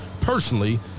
personally